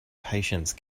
patience